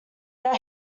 that